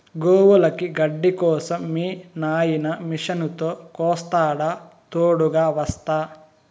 గోవులకి గడ్డి కోసం మీ నాయిన మిషనుతో కోస్తాడా తోడుగ వస్తా